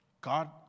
God